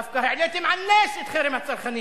דווקא העליתם על נס את חרם הצרכנים,